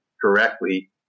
correctly